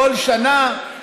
כל שנה,